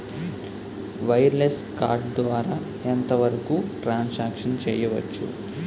Wireless card ద్వారా ఎంత వరకు ట్రాన్ సాంక్షన్ చేయవచ్చు?